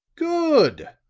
good!